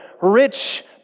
rich